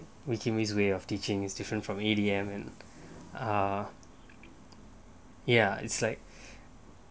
we came this way of teaching is different from A_D_M uh ya it's like